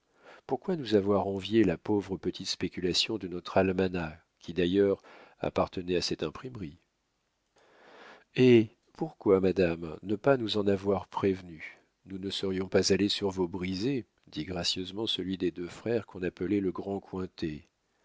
pourquoi nous avoir envié la pauvre petite spéculation de notre almanach qui d'ailleurs appartenait à cette imprimerie eh pourquoi madame ne pas nous en avoir prévenus nous ne serions pas allés sur vos brisées dit gracieusement celui des deux frères qu'on appelait le grand cointet